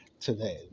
today